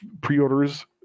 pre-orders